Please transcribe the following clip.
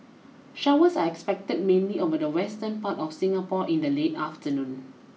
showers are expected mainly over the western part of Singapore in the late afternoon